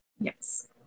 Yes